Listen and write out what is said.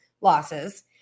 losses